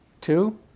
Two